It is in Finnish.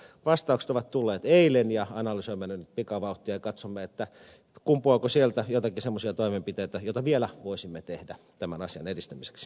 vastaukset ovat tulleet eilen ja analysoimme ne pikavauhtia ja katsomme kumpuaako sieltä joitakin semmoisia toimenpiteitä joita vielä voisimme tehdä tämän asian edistämiseksi